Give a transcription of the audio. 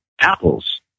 apples